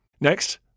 Next